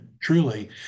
truly